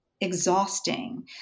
exhausting